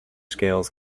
scales